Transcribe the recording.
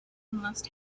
must